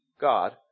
God